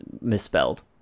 misspelled